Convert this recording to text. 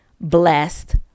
Blessed